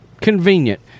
Convenient